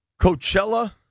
Coachella